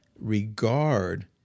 regard